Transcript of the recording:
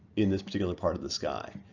in this particular part of the sky.